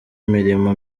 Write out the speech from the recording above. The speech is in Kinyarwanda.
imirimo